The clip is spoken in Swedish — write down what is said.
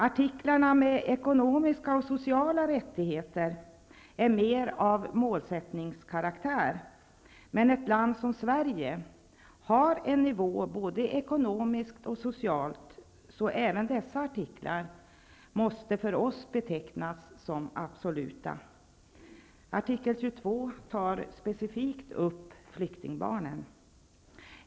Artiklarna med ekonomiska och sociala rättigheter är mer av målsättningskaraktär, men ett land som Sverige har en sådan nivå både ekonomiskt och socialt att även dessa artiklar för oss måste betecknas som absoluta. Artikel 22 tar specifikt upp flyktingbarnen.